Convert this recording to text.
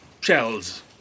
shells